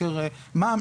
חוקר מע"מ,